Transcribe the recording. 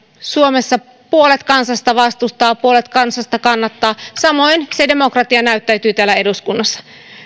suomessa puolet kansasta vastustaa puolet kansasta kannattaa samoin se demokratia näyttäytyy täällä eduskunnassa